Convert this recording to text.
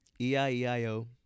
E-I-E-I-O